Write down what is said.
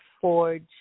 forge